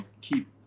keep